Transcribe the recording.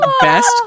best